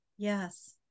Yes